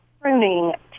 pruning